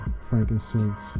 frankincense